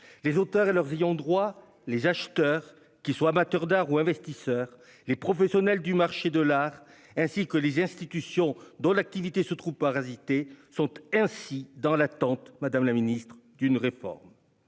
les auteurs et leurs ayants droit, les acheteurs- amateurs d'art ou investisseurs -, les professionnels du marché de l'art, ainsi que les institutions dont l'activité se trouve parasitée, sont ainsi dans l'attente d'une réforme.